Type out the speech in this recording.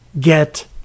get